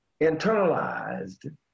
internalized